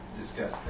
discuss